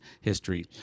history